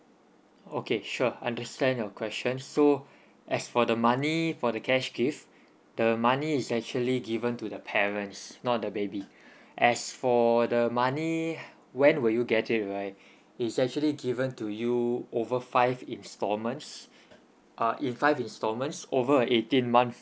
okay sure understand your question so as for the money for the cash gift the money is actually given to the parents not the baby as for the money when will you get right it's actually given to you over five instalments uh in five instalments over an eighteen months